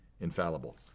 infallible